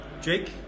Jake